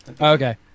okay